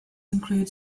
include